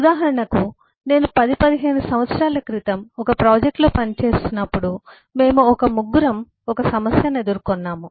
ఉదాహరణకు నేను 10 15 సంవత్సరాల క్రితం ఒక ప్రాజెక్ట్లో పనిచేస్తున్నప్పుడు మేము ఒక ముగ్గురం ఒక సమస్యను ఎదుర్కొన్నాము